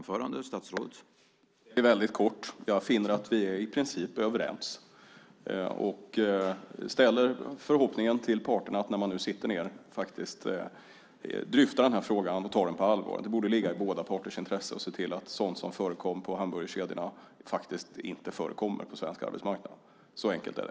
Herr talman! Väldigt kort: Jag finner att vi i princip är överens och ställer förhoppningen till parterna att de när de nu sitter ned och faktiskt dryftar den här frågan tar den på allvar. Det borde ligga i båda parters intresse att se till att sådant som förekom på hamburgerkedjorna faktiskt inte förekommer på svensk arbetsmarknad. Så enkelt är det.